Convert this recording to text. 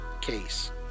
case